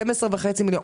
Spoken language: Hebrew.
12.5 מיליון.